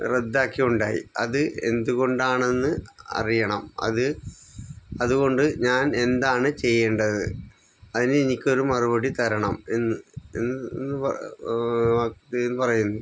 റദ്ദാക്കുകയുണ്ടായി അത് എന്തുകൊണ്ടാണെന്ന് അറിയണം അത് അതുകൊണ്ട് ഞാൻ എന്താണു ചെയ്യേണ്ടത് അതിനെനിക്കൊരു മറുപടി തരണമെന്ന് പറയുന്നു